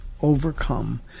overcome